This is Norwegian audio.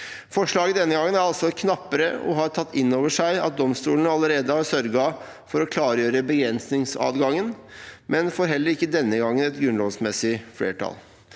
Forslaget denne gangen er altså knappere og har tatt inn over seg at domstolene allerede har sørget for å klar gjøre begrensningsadgangen, men får heller ikke denne gangen et grunnlovsmessig flertall.